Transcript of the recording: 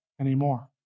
anymore